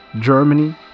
Germany